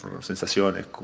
sensaciones